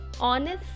honest